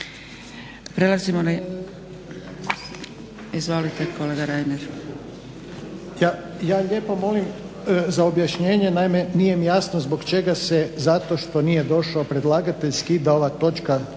Reiner. **Reiner, Željko (HDZ)** Ja lijepo molim za objašnjenje. Naime, nije mi jasno zbog čega se zato što nije došao predlagatelj skida ova točka